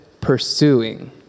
pursuing